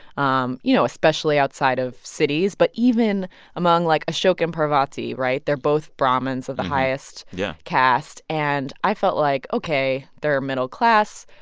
um you know, especially outside of cities. but even among, like, ashok and parvati, right? they're both brahmins of the highest. yeah. caste. and i felt like, ok, they're middle-class,